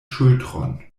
ŝultron